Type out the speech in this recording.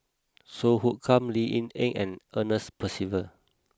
Song Hoot Kiam Lee Ying Yen and Ernest Percival